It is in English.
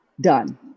Done